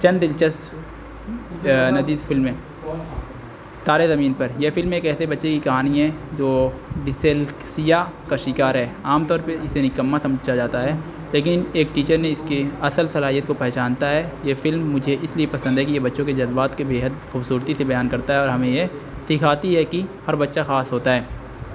چند دلچسپ فلمیں تارے زمین پر یہ فلم ایک ایسے بچے کی کہانی ہے جو ڈسلکسیا کا شکار ہے عام طور پہ اسے نکما سمجھا جاتا ہے لیکن ایک ٹیچر نے اس کی اصل صلاحیت کو پہچانتا ہے یہ فلم مجھے اس لیے پسند ہے کہ یہ بچوں کے جذبات کے بے حد خوبصورتی سے بیان کرتا ہے اور ہمیں یہ سکھاتی ہے کہ ہر بچہ خاص ہوتا ہے